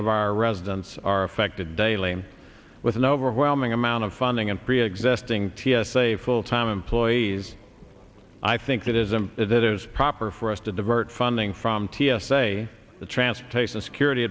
of our residents are affected daily with an overwhelming amount of funding and preexisting t s a full time employees i think it is them it is proper for us to divert funding from t s a the transportation security